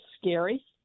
scary